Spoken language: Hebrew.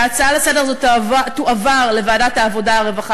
שההצעה לסדר-היום הזו תועבר לוועדת העבודה,